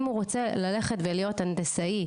אם הוא רוצה ללכת ולהיות הנדסאי,